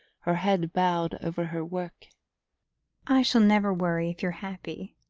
her head bowed over her work i shall never worry if you're happy.